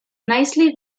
nicely